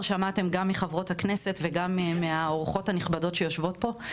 שמעתם גם מחברות הכנסת וגם מהאורחות הנכבדות שיושבות פה,